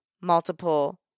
multiple